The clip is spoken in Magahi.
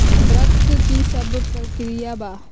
वक्र कि शव प्रकिया वा?